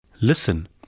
Listen